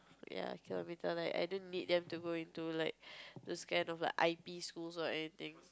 ya kilometer like I don't need them to go into like those kind of like I_P schools or anything